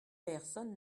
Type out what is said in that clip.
personne